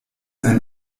ein